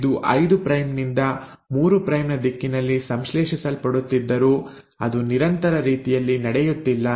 ಇದು 5 ಪ್ರೈಮ್ ನಿಂದ 3 ಪ್ರೈಮ್ ನ ದಿಕ್ಕಿನಲ್ಲಿ ಸಂಶ್ಲೇಷಿಸಲ್ಪಡುತ್ತಿದ್ದರೂ ಅದು ನಿರಂತರ ರೀತಿಯಲ್ಲಿ ನಡೆಯುತ್ತಿಲ್ಲ